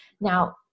Now